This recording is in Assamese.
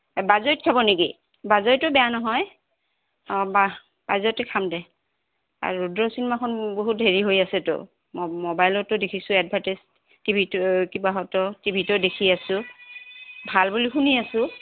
বাজৈত খাব নেকি বাজৈতো বেয়া নহয় অঁ বা বাজৈতে খাম দে আৰু ৰুদ্ৰ চিনেমাখন বহুত হেৰি হৈ আছেতো ম মোবাইলতো দেখিছোঁ এডভাৰটাইজ টি ভি টো কিবাহঁতো টি ভি টো দেখি আছোঁ ভাল বুলি শুনি আছোঁ